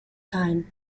time